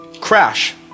crash